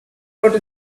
wrote